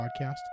Podcast